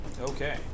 Okay